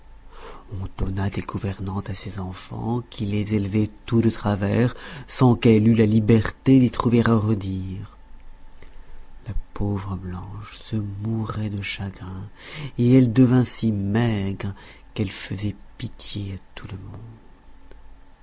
on donna des gouvernantes à ses enfants qui les élevaient tout de travers sans qu'elle eût la liberté d'y trouver à redire la pauvre blanche se mourait de chagrin et elle devint si maigre qu'elle faisait pitié à tout le monde